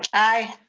aye.